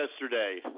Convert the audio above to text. yesterday